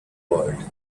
world